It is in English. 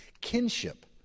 kinship